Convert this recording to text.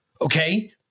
Okay